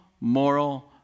moral